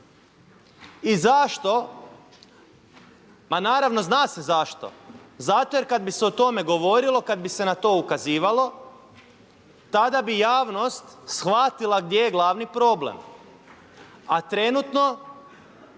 i zašto ma naravno zna se zašto, zato jer kada bi se o tome govorilo, kada bi se na to ukazivalo, tada bi javnost shvatila gdje je glavni problem. A trenutno